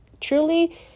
truly